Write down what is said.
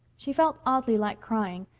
she felt oddly like crying.